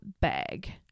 bag